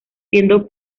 siendo